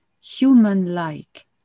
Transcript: human-like